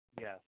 Yes